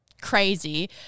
crazy